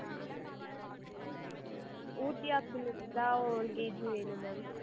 ஆ Ooty apple இருந்தால் ஒரு KG வேணும் மேம்